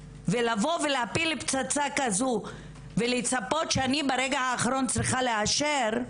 לבוא ולהפיל פצצה כזאת ולצפות שברגע האחרון אני צריכה לאשר,